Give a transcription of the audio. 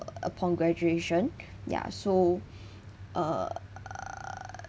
upon graduation ya so err